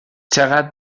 چقد